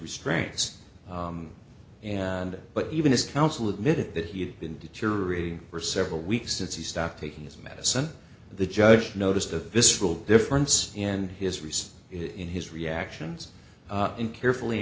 restraints and but even his counsel admitted that he had been deteriorating for several weeks since he stopped taking his medicine the judge noticed a visceral difference in his response in his reactions in carefully